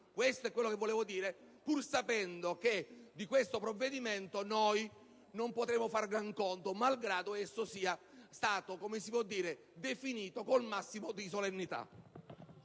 Questo è quanto volevo dire, pur sapendo che su questo provvedimento noi non potremo far gran conto, malgrado esso sia stato definito con la massima solennità.